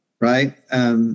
right